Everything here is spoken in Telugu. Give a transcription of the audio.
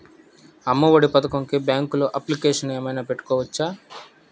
అమ్మ ఒడి పథకంకి బ్యాంకులో అప్లికేషన్ ఏమైనా పెట్టుకోవచ్చా?